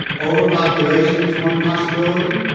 overpopulation is one possibility,